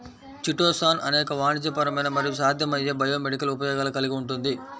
chitosan అనేక వాణిజ్యపరమైన మరియు సాధ్యమయ్యే బయోమెడికల్ ఉపయోగాలు కలిగి ఉంటుంది